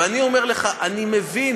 ואני אומר לך: אני מבין.